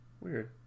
Weird